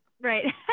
Right